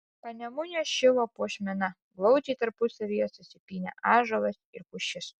panemunės šilo puošmena glaudžiai tarpusavyje susipynę ąžuolas ir pušis